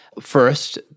first